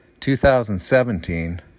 2017